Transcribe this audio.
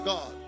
God